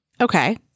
Okay